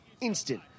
instant